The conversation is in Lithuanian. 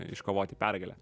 iškovoti pergalę